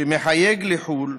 שמחייג לחו"ל